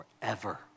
forever